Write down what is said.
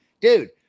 dude